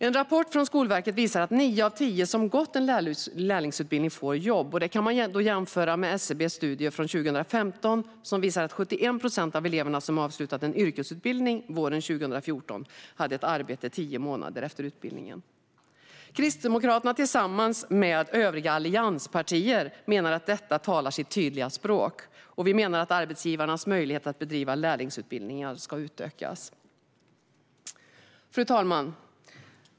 En rapport från Skolverket visar att nio av tio som gått en lärlingsutbildning får jobb. Det kan jämföras med SCB:s studie från 2015, som visade att 71 procent av eleverna som avslutat en yrkesutbildning våren 2014 hade ett arbete tio månader efter utbildningen. Kristdemokraterna menar, tillsammans med övriga allianspartier, att detta talar sitt tydliga språk. Vi menar att arbetsgivarnas möjlighet att bedriva lärlingsutbildning bör utökas. Fru talman!